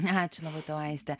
ačiū labai tau aiste